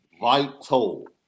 Vital